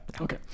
Okay